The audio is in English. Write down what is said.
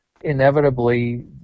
inevitably